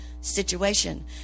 situation